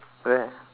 where